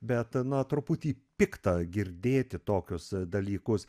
bet na truputį pikta girdėti tokius dalykus